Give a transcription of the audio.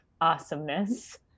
awesomeness